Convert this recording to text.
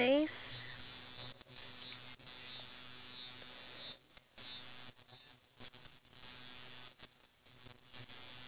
so there was actually this survey that was conducted by the N_T_U_C company and